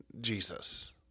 Jesus